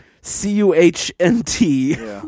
C-U-H-N-T